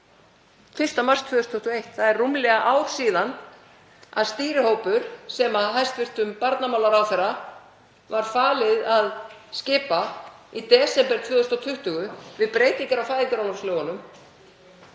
1. mars 2021. Það er rúmlega ár síðan að stýrihópur sem hæstv. barnamálaráðherra var falið að skipa í desember 2020 við breytingar á fæðingarorlofslögunum